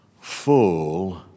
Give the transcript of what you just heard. full